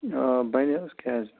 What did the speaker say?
آ بَنہِ حظ کیٛاز نہٕ